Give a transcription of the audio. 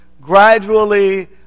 gradually